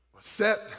set